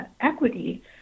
equity